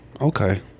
Okay